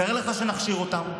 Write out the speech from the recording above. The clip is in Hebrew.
תאר לך שנכשיר אותם,